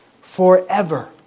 forever